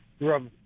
rub